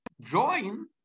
join